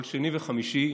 כל שני וחמישי,